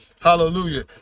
Hallelujah